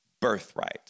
birthright